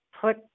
put